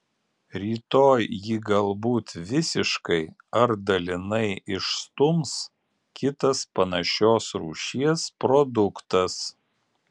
rytoj jį galbūt visiškai ar dalinai išstums kitas panašios rūšies produktas